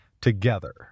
together